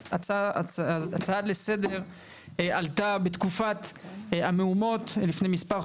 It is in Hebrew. רק שההצעה לסדר עלתה בתקופת המהומות לפני מספר חודשים.